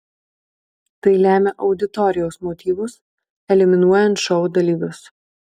tai lemia auditorijos motyvus eliminuojant šou dalyvius